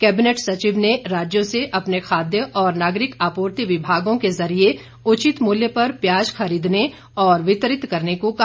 cabinet सचिव ने राज्योंसे अपने खाद्य और नागरिक आपूर्ति विभागों के जरिए उचित मूल्य पर प्याज खरीदने औरवितरित करने को कहा